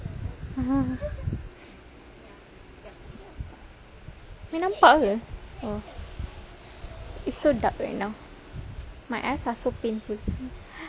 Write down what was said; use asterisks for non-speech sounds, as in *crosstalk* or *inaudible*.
*laughs* boleh nampak ke oh it's so dark right now my eyes are so painful